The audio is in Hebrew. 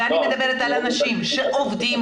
אני מדברת על אנשים שעובדים.